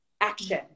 Action